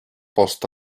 post